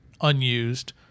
unused